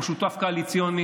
הוא שותף קואליציוני.